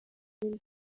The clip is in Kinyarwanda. inda